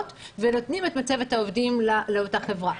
ונותנים את מצבת העובדים לאותה חברה,